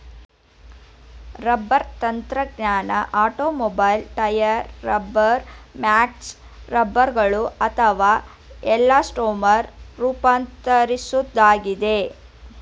rubber ತಂತ್ರಜ್ಞಾನ automobile tyre rubber mats ರಬ್ಬರ್ಗಳು ಅಥವಾ ಎಲಾಸ್ಟೊಮರ್ ರೂಪಾಂತರಿಸೋದಾಗಿದೆ